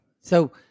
So-